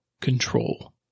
control